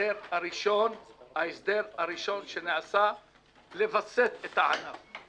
ההסדר הראשון שנעשה כדי לווסת את הענף.